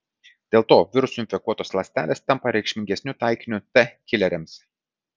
dėl to virusų infekuotos ląstelės tampa reikšmingesniu taikiniu t kileriams